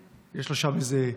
שיש לו שם איזה פיצרייה,